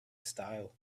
style